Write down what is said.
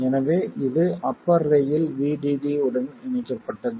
எனவே இது upper rail VDD உடன் இணைக்கப்பட்டது